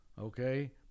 okay